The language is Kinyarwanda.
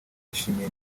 yashimiye